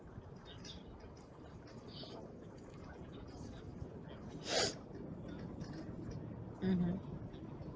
mmhmm